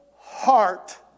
heart